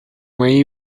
мои